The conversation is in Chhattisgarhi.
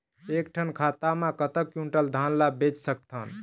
एक ठन खाता मा कतक क्विंटल धान ला बेच सकथन?